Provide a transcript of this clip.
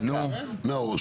נאור.